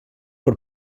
per